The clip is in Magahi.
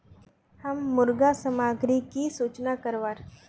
हम मुर्गा सामग्री की सूचना करवार?